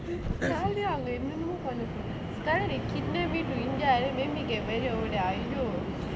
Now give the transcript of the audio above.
saturday அவங்க என்னென்னமோ பண்ணட்டு:avanga ennennamo pannattu saturday kidnap me to india very old !aiyo!